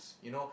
s~ you know